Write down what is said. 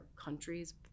countries